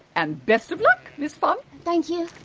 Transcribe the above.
and best of luck, miss funn! thank you!